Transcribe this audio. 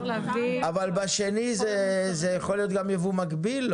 אבל במסלול השני זה יכול להיות גם יבוא מקביל?